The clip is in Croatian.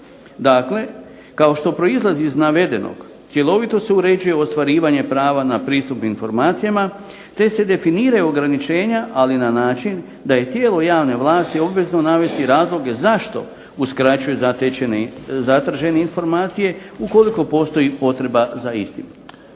Dakle kao što proizlazi iz navedenog, cjelovito se uređuje ostvarivanje prava na pristup informacijama te se definiraju ograničenja, ali na način da je tijelo javne vlasti obvezno navesti razloge zašto uskraćuje zatražene informacije ukoliko postoji potreba za istim.